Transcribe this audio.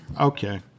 okay